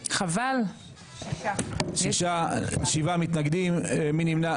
7. מי נמנע?